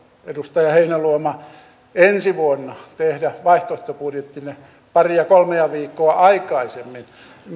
edustaja heinäluoma ensi vuonna tehdä vaihtoehtobudjettinne paria kolmea viikkoa aikaisemmin